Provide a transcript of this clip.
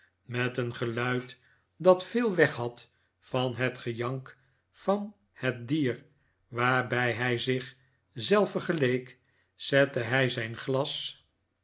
met een geluid dat veel weg had van het gejank van het dier waarbij hij zich zelf vergeleek zette hij zijn glas